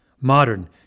Modern